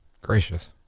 Gracious